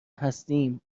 هستیم